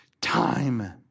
time